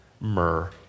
myrrh